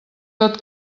tot